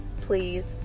please